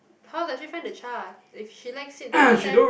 how does she find the chart if she likes it then next time